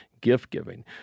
gift-giving